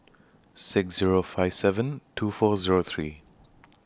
six Zero five seven two four Zero three